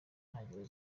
ntangiriro